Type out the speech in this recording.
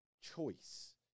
choice